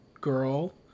girl